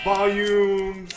Volume